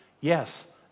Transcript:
yes